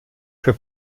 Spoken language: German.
für